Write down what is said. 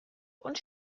und